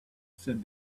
said